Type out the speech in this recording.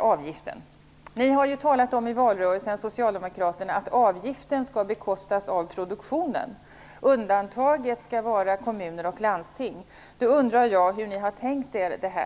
avgiften. I valrörelsen har ni socialdemokrater talat om att avgiften skall bekostas av produktionen. Kommuner och landsting skall vara undantagna. Jag undrar hur ni har tänkt er detta.